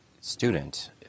student